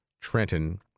Trenton